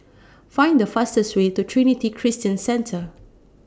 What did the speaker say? Find The fastest Way to Trinity Christian Centre